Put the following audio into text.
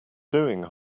doing